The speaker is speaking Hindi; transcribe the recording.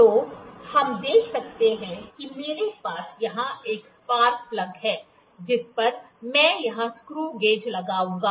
तो हम देख सकते हैं कि मेरे पास यहां एक स्पार्क प्लग है जिस पर मैं यह स्क्रू गेज लगाऊंगा